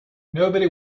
nobody